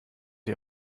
ihr